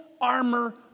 armor